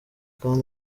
kandi